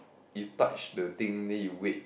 you touch the thing then you wait